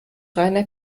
reiner